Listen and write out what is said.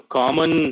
common